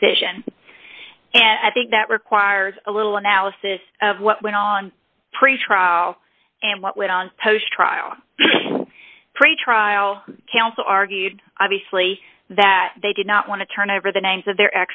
decision and i think that requires a little analysis of what went on pretrial and what went on post trial pre trial counsel argued obviously that they did not want to turn over the names of their